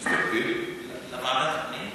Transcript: בסדר,